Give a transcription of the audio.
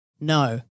No